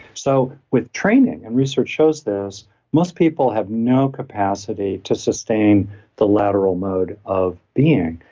so with training and research shows this most people have no capacity to sustain the lateral mode of being.